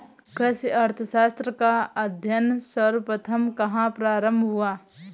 कृषि अर्थशास्त्र का अध्ययन सर्वप्रथम कहां प्रारंभ हुआ?